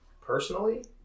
Personally